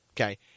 Okay